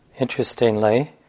interestingly